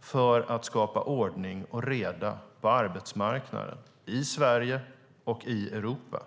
för att skapa ordning och reda på arbetsmarknaden i Sverige och i Europa?